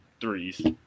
threes